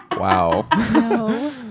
Wow